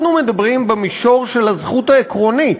אנחנו מדברים במישור של הזכות העקרונית.